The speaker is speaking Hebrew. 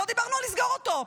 לא דיברנו על לסגור אותו,